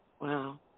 Wow